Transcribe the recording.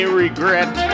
regret